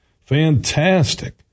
Fantastic